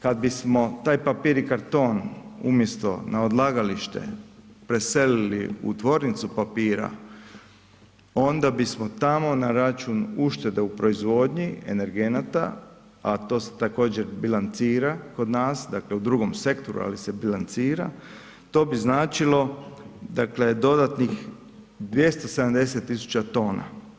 Kad bismo taj papir i karton umjesto na odlagalište preselili u tvornicu papira, onda bismo tamo na račun uštede u proizvodnji energenata, a to se također bilancira kod nas, dakle u drugom sektoru ali se bilancira, to bi značilo dakle dodatnih 270 000 tona.